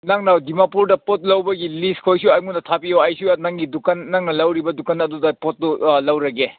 ꯅꯪꯅ ꯗꯤꯃꯥꯄꯨꯔꯗ ꯄꯣꯠ ꯂꯧꯕꯒꯤ ꯂꯤꯁ ꯈꯣꯏꯁꯨ ꯑꯩꯉꯣꯟꯗ ꯊꯥꯕꯤꯌꯣ ꯑꯩꯁꯨ ꯅꯪꯒꯤ ꯗꯨꯀꯥꯟ ꯅꯪꯅ ꯂꯧꯔꯤꯕ ꯗꯨꯀꯥꯟ ꯑꯗꯨꯗ ꯄꯣꯠꯇꯨ ꯂꯧꯔꯒꯦ